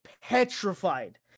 petrified